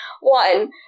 One